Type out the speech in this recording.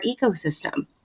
ecosystem